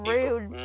Rude